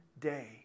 day